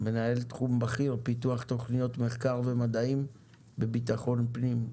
מנהל תחום בכיר פיתוח תכניות מחקר ומדעים במשרד לביטחון הפנים.